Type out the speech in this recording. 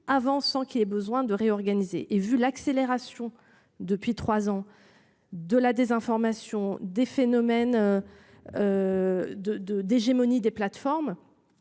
avant sans qu'il ait besoin de réorganiser et vu l'accélération depuis 3 ans de la désinformation des phénomènes. De de d'hégémonie des plateformes.